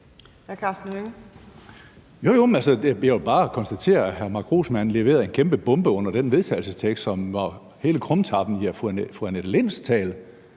er jo bare at konstatere, at hr. Mark Grossmann lagde en kæmpe bombe under den vedtagelsestekst, som var hele krumtappen i fru Annette Linds tale.